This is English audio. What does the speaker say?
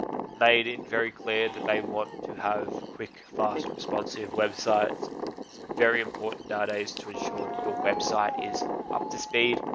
made it very clear that they want to have quick, fast, responsive websites is very important data is to ensure that your website is up to speed,